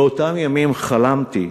באותם ימים חלמתי,